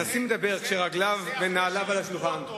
הנשיא מדבר כשרגליו ונעליו על השולחן,